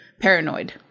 paranoid